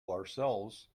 ourselves